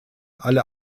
alle